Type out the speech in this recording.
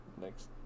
Next